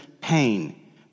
pain